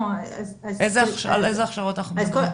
על איזה הכשרות אנחנו מדברות?